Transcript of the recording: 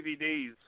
DVDs